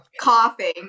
coughing